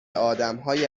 آدمهای